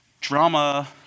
drama